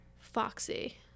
Foxy